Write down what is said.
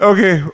Okay